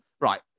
Right